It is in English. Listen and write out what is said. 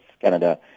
Canada